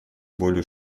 более